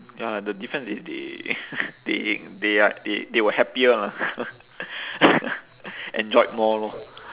ya the difference is they they they are they they were happier lah enjoyed more lor